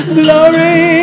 glory